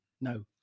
no